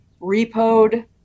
repoed